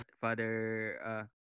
Father